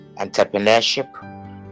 entrepreneurship